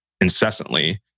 incessantly